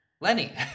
Lenny